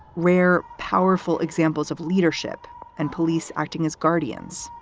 rare, powerful examples of leadership and police acting as guardians,